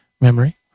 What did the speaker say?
memory